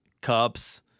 cups